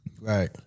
Right